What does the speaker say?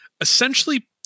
essentially